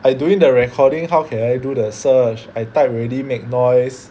I doing the recording how can I do the search I type already make noise